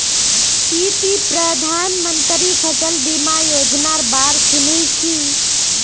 की ती प्रधानमंत्री फसल बीमा योजनार बा र सुनील छि